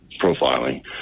profiling